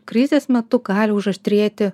krizės metu gali užaštrėti